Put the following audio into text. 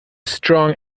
strong